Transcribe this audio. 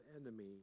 enemy